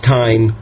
time